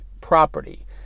property